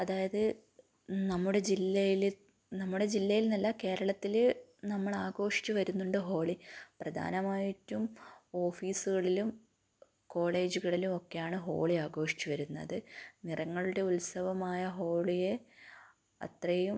അതായത് നമ്മുടെ ജില്ലയിൽ നമ്മുടെ ജില്ലയിൽ എന്നല്ല കേരളത്തിൽ നമ്മൾ ആഘോഷിച്ച് വരുന്നുണ്ട് ഹോളി പ്രധാനമായിട്ടും ഓഫീസുകളിലും കോളേജുകളിലും ഒക്കെയാണ് ഹോളി ആഘോഷിച്ച് വരുന്നത് നിറങ്ങളുടെ ഉത്സവമായ ഹോളിയെ അത്രയും